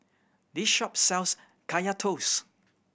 this shop sells Kaya Toast